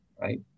right